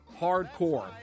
hardcore